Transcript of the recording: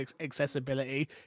accessibility